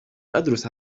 أدرس